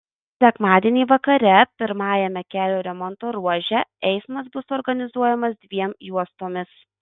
sekmadienį vakare pirmajame kelio remonto ruože eismas bus organizuojamas dviem juostomis